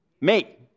Mate